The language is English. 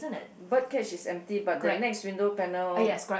bird cage age is empty but the next window panel